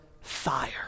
fire